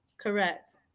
Correct